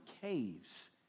caves